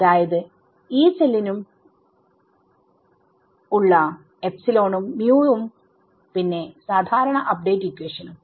അതായത് ഓരോ Yee സെല്ലിനും ഉള്ള ഉം ഉം പിന്നെ സാദാരണ അപ്ഡേറ്റ് ഇക്വേഷനും